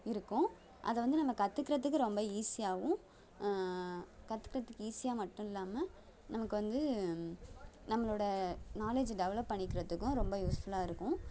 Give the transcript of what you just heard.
இருக்கும் அதை வந்து நம்ம கற்றுக்கறதுக்கு ரொம்ப ஈஸியாகவும் கற்றுக்கறதுக்கு ஈசியாக மட்டும் இல்லாமல் நமக்கு வந்து நம்மளோடய நாலேஜ் டெவலப் பண்ணிக்கிறத்துக்கும் ரொம்ப யூஸ்ஃபுல்லாக இருக்கும்